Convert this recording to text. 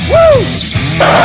Woo